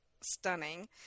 stunning